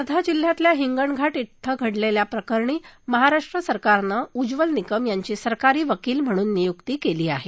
वर्धा जिल्ह्यातल्या हिंगणघाट श्वं घडलेल्या प्रकरणी महाराष्ट्र सरकारनं उज्वल निकम यांची सरकारी वकील म्हणून नियुक्ती केली आहे